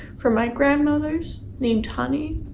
from my grandmother's named honey,